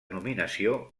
nominació